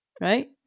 Right